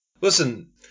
Listen